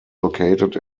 located